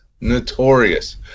notorious